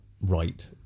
right